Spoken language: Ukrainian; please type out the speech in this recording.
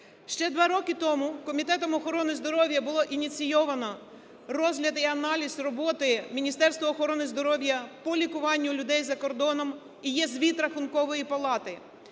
Ще два роки тому Комітетом охорони здоров'я було ініційовано розгляд і аналіз роботи Міністерства охорони здоров'я по лікуванню людей за кордоном, і є звіт Рахункової палати.